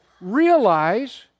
realize